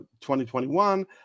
2021